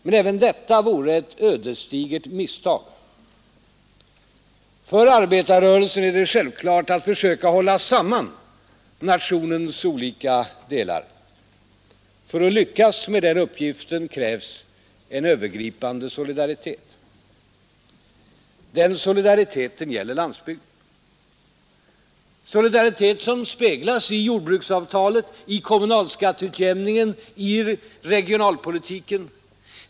Men även detta vore ett ödesdigert misstag. För arbetarrörelsen är det självklart att försöka hålla samman nationens olika delar. För att lyckas med den uppgiften krävs en övergripande solidaritet. Den solidariteten gäller landsbygden — en solidaritet som speglas i jordbruksavtalet, i kommunalskatteutjämningen, i regionalpolitiken.